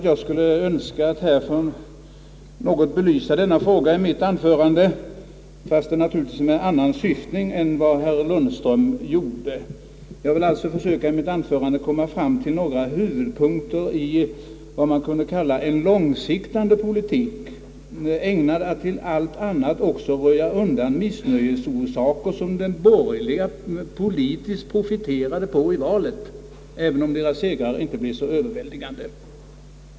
Jag skulle önska att något få belysa den frågan, fastän naturligtvis med en annan syftning än den herr Lundström hade. Jag vill här försöka ta upp några huvudpunkter i vad man kunde kalla en långtsiktande politik, ägnad att till allt annat röja undan missnöjesorsaker som de borgerliga profiterade på i valet, även om deras segrar inte blev så överväldigande.